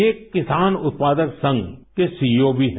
ये एक किसान उत्पादक संघ के सीईओ भी हैं